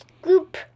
scoop